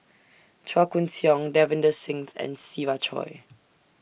Chua Koon Siong Davinder Singh and Siva Choy